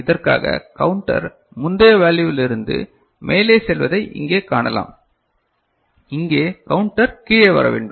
இதற்காக கவுண்டர் முந்தைய வேல்யுவிலிருந்து மேலே செல்வதை இங்கே காணலாம் இங்கே கவுண்டர் கீழே வர வேண்டும்